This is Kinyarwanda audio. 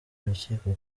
urukiko